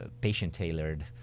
patient-tailored